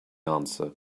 answer